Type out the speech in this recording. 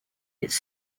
its